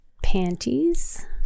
panties